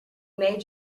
made